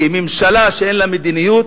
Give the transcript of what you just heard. כי ממשלה שאין לה מדיניות,